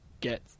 get